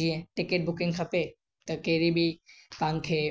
जीअं ticket booking खपे त कहिड़ी बि तव्हांखे